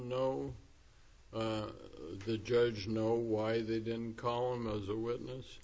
know the judge know why they didn't call him as a witness